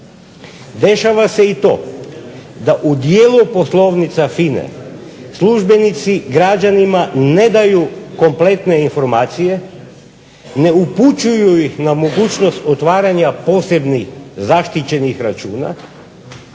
Dešava se i to da u dijelu poslovnica FINA-e službenici građanima ne daju kompletne informacije, ne upućuju ih na mogućnost otvaranja posebnih zaštićenih računa,